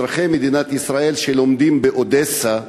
אזרחי מדינת ישראל שלומדים באודסה,